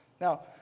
Now